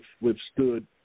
withstood